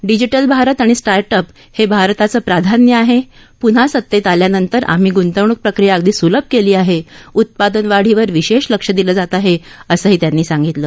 digital Bharat आणि start up हे भारताचं प्राधान्य आहे प्न्हा सत्तेत आल्यानंतर आम्ही गृंतवण्क प्रक्रिया अगदी सुलभ केली आहे उत्पादन वाढीवर विशेष लक्षं दिलं जात आहे असंही त्यांनी सांगितलं